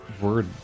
word